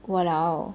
!walao!